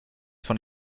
von